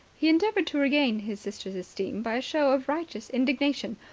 he endeavoured to regain his sister's esteem by a show of righteous indignation.